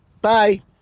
Bye